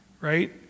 right